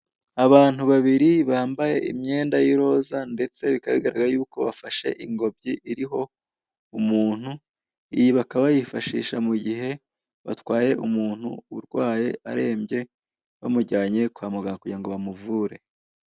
Abantu babiri, bambaye imyenda y'iroza, ndetse bikaba bigaragara y'uko bafashe ingombyi iriho umuntu, iyi bakaba bayifashisha mu gihe batwaye umuntu urwaye arembye bamujyanye kwa muganga kugira ngo bamuvure.